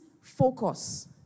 focus